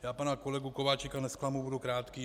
Já pana kolegu Kováčika nezklamu, budu krátký.